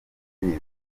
biza